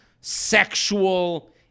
sexual